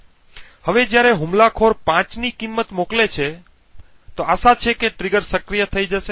હવે જ્યારે હુમલાખોર 5 ની કિંમત મોકલે છે આશા છે કે ટ્રિગર સક્રિય થઈ જશે